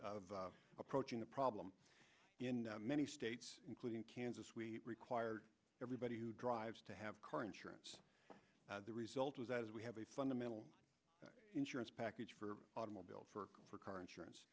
of approaching the problem in many states including kansas we required everybody who drives to have car insurance the result is as we have a fundamental insurance package for automobile for car insurance